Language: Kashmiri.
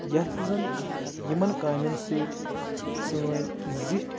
یتھ زن یِمن کامؠن سۭتۍ سٲنۍ زِٹھۍ